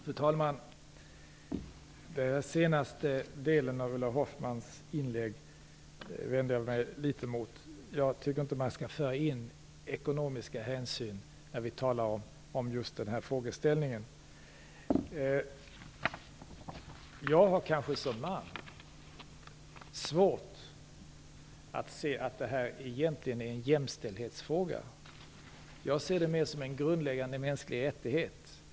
Fru talman! Den senaste delen av Ulla Hoffmanns inlägg vänder jag mig emot litet. Jag tycker inte att vi skall föra in ekonomiska hänsyn när vi talar om just den här frågan. Jag har som man kanske svårt att se att detta egentligen är en jämställdhetsfråga. Jag ser det mer som en frågan om en grundläggande mänsklig rättighet.